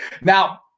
Now